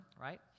right